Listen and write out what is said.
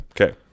Okay